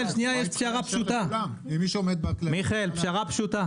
אם מישהו עומד בכללים --- מיכאל, פשרה פשוטה.